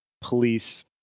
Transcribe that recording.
police